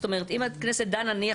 זאת אומרת אם הכנסת דנה נניח